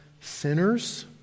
sinners